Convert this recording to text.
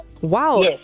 Wow